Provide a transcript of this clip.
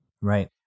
Right